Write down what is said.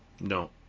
No